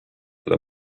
seda